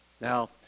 Now